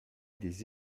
des